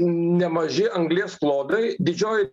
nemaži anglies klodai didžioji